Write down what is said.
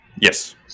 Yes